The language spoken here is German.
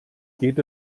geht